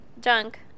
junk